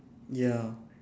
ya